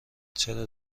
چرا